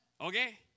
Okay